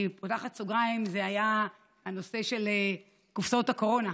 אני פותחת סוגריים: זה היה הנושא של קופסאות הקורונה,